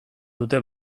dute